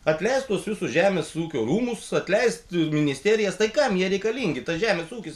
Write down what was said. atleist tuos jūsų žemės ūkio rūmus atleist ministerijas tai kam jie reikalingi tas žemės ūkis